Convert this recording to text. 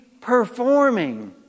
performing